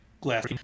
glass